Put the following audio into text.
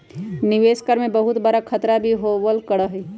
निवेश करे में बहुत बडा खतरा भी होबल करा हई